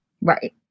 Right